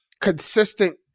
consistent